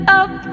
up